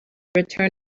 return